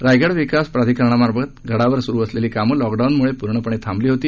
रायगड विकास प्राधिकरणामार्फत गडावर सुरू असलेली कामं लॉकडाऊनमुळे पूर्णपणे थांबली होती